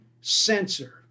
censor